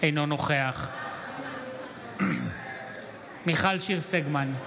אינו נוכח מיכל שיר סגמן,